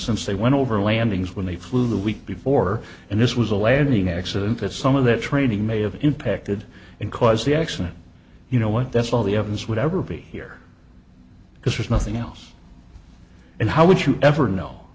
since they went over landings when they flew the week before and this was a landing accident that some of that training may have impacted and caused the accident you know what that's all the evidence would ever be here because there's nothing else and how would you ever know